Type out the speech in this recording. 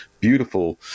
beautiful